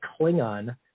Klingon